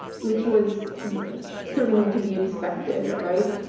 which was certainly to be expected, right?